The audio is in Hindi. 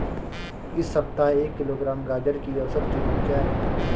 इस सप्ताह एक किलोग्राम गाजर की औसत कीमत क्या है?